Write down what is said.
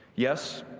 yes,